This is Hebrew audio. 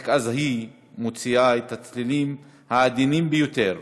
ורק אז היא מוציאה את הצלילים העדינים ביותר.